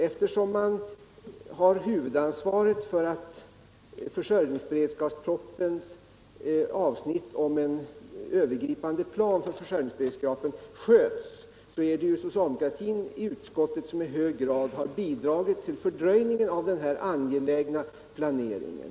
Eftersom man har huvudansvaret för att behandlingen av propositionens avsnitt om en Övergripande plan för försörjningsberedskapen uppsköts, är det socialdemokraterna i utskottet som har bidragit till fördröjningen av den här angelägna planeringen.